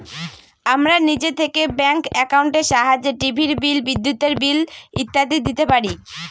আমরা নিজে থেকে ব্যাঙ্ক একাউন্টের সাহায্যে টিভির বিল, বিদ্যুতের বিল ইত্যাদি দিতে পারি